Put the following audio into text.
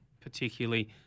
particularly